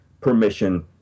permission